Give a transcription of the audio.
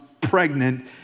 pregnant